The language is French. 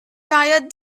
période